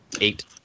Eight